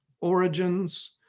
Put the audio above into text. origins